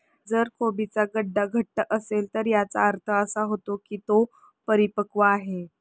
जर कोबीचा गड्डा घट्ट असेल तर याचा अर्थ असा होतो की तो परिपक्व आहे